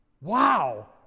Wow